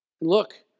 Look